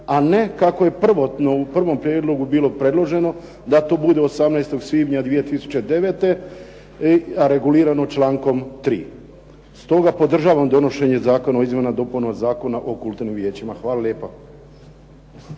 a ne kako je prvotno u prvom prijedlogu bilo predloženo da to bude 18. svibnja 2009., a regulirano člankom 3. Stoga podržavam donošenje Zakona o izmjenama i dopunama Zakona o kulturnim vijećima. Hvala lijepa.